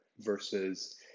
versus